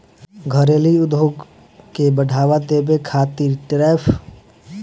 घरेलू उद्योग के बढ़ावा देबे खातिर टैरिफ टैक्स के लगावल जाला